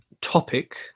topic